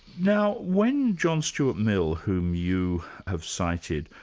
now when john stewart mill, whom you have cited,